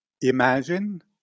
Imagine